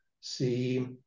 see